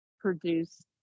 produced